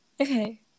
Okay